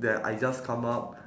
then I just come up